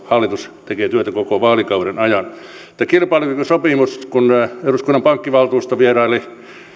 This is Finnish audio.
hallitus tekee työtä koko vaalikauden ajan kilpailukykysopimus kun eduskunnan pankkivaltuusto vieraili